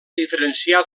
diferenciar